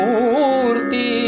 Murti